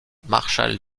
marshall